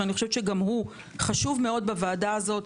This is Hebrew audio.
וגם הוא חשוב מאוד בכל הדיונים של הוועדה הזו,